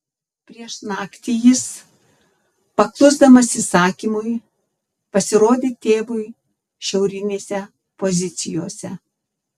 prieš naktį jis paklusdamas įsakymui pasirodė tėvui šiaurinėse pozicijose